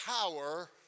power